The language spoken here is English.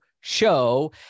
show